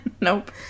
Nope